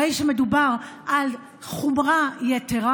הרי שמדובר על חומרה יתרה,